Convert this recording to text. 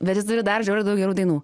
bet jis turi dar žiauriai daug gerų dainų